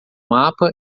mapa